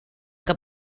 que